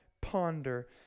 ponder